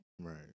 right